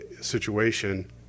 situation